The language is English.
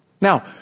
Now